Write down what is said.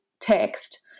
text